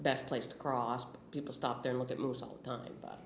best place to cross but people stop there look at moose all the time but